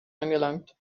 angelangt